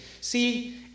See